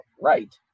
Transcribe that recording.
right